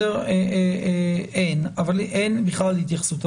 דיגיטלית אין התייחסות בכלל,